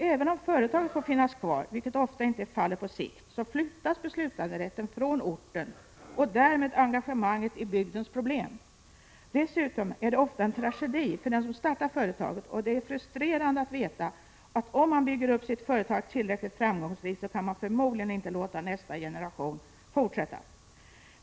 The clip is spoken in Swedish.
Även om företaget får finnas kvar, vilket ofta inte är fallet på sikt, flyttas beslutanderätten från orten och därmed engagemanget i bygdens problem. Dessutom är det ofta en tragedi för den som startat företaget, och det är frustrerande att veta att om man bygger upp sitt företag tillräckligt framgångsrikt kan man förmodligen inte låta nästa generation fortsätta.